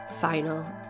final